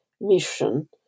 mission